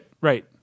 right